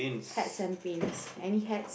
hats and pins any hats